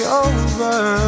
over